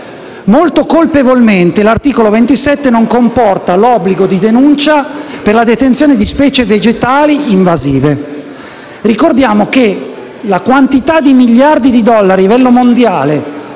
molto colpevolmente tale articolo non comporta l'obbligo di denuncia per la detenzione di specie vegetali invasive. Ricordiamo che la quantità di miliardi di dollari persi a livello mondiale